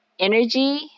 energy